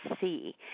see